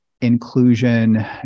inclusion